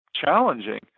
challenging